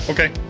Okay